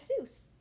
Seuss